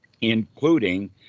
including